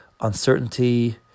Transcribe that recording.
uncertainty